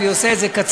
אני עושה את זה קצר.